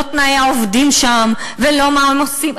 לא תנאי העובדים שם ולא מה הם עושים.